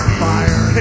fire